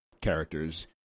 characters